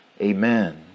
Amen